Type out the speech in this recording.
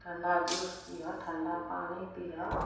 ठण्डा जूस पीह ठण्डा पानि पीह